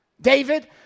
David